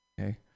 okay